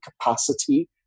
capacity